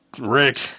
Rick